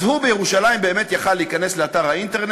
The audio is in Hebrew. אז בירושלים הוא באמת יכול היה להיכנס לאתר האינטרנט,